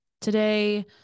Today